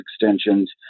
extensions